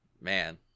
Man